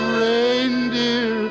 reindeer